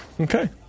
Okay